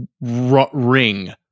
ring